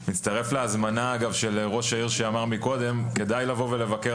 אני מצטרף להזמנה של ראש העיר כדאי לבוא לבקר,